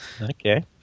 Okay